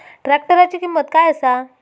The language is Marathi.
ट्रॅक्टराची किंमत काय आसा?